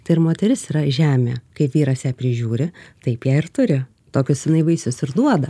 tai ir moteris yra žemė kai vyras ją prižiūri taip ją ir turi tokius jinai vaisius ir duoda